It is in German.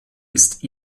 ist